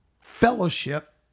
fellowship